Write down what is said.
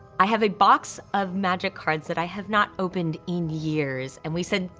i have a box of magic cards that i have not opened in years. and we said,